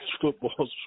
Football